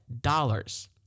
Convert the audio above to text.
dollars